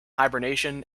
hibernation